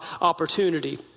opportunity